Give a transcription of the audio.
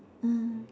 mm